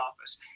office